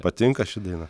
patinka ši daina